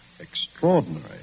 Extraordinary